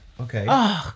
Okay